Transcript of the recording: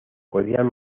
podían